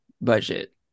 budget